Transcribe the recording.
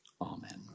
Amen